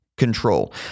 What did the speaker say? control